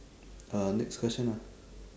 uh next question ah